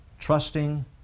Trusting